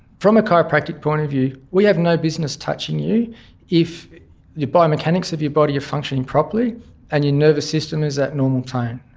from a chiropractic point of view, we have no business touching you if the biomechanics of your body are functioning properly and your nervous system is at normal tone.